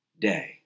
day